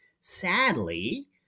Sadly